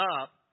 up